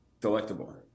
delectable